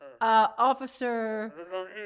Officer